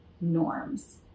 norms